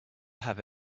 have